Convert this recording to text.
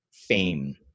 fame